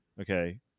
Okay